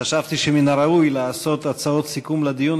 חשבתי שמן הראוי לעשות הצעות סיכום לדיון